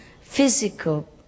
physical